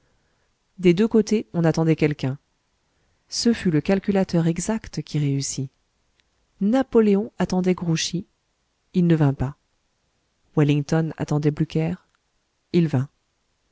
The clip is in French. des deux côtés on attendait quelqu'un ce fut le calculateur exact qui réussit napoléon attendait grouchy il ne vint pas wellington attendait blücher il vint